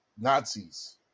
Nazis